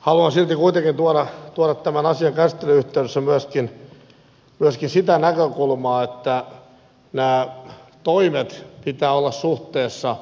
haluan kuitenkin tuoda tämän asian käsittelyn yhteydessä myöskin sitä näkökulmaa että näiden toimien pitää olla suhteessa